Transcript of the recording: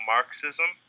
Marxism